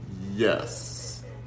Yes